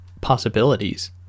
possibilities